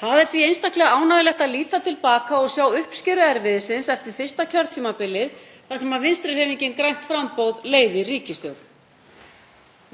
Það er því einstaklega ánægjulegt að líta til baka og sjá uppskeru erfiðisins eftir fyrsta kjörtímabilið þar sem Vinstrihreyfingin – grænt framboð leiðir ríkisstjórn.